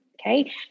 Okay